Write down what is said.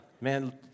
Man